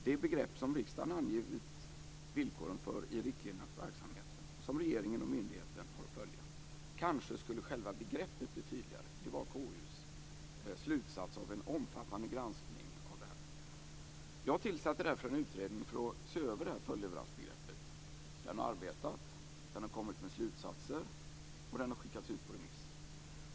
Det begrepp som riksdagen angivit villkoren för i riktlinjerna för verksamheten och som regeringen myndigheten har att följa skulle kanske bli tydligare - det var KU:s slutsats av en omfattande granskning. Jag tillsatte därför en utredning som skulle se över följdleveransbegreppet. Den har arbetet, kommit fram till slutsatser och skickats ut på remiss.